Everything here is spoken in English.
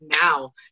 now